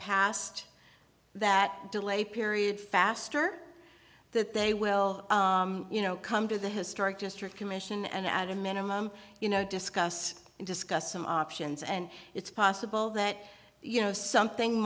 past that delay period faster that they will you know come to the historic district commission and add a minimum you know discuss and discuss some options and it's possible that you know something